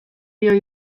dio